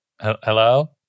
Hello